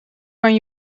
kan